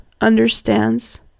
understands